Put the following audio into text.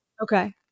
Okay